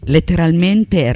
Letteralmente